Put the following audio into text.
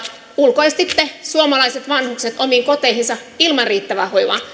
ulkoistitte suomalaiset vanhukset omiin koteihinsa ilman riittävää hoivaa